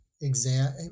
exam